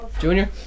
junior